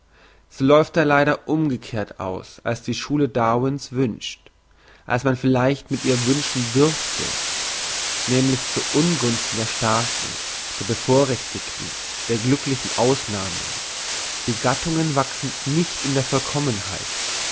so läuft er leider umgekehrt aus als die schule darwin's wünscht als man vielleicht mit ihr wünschen dürfte nämlich zu ungunsten der starken der bevorrechtigten der glücklichen ausnahmen die gattungen wachsen nicht in der vollkommenheit